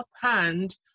firsthand